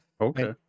Okay